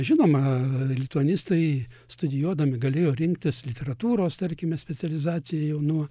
žinoma lituanistai studijuodami galėjo rinktis literatūros tarkime specializaciją jau nuo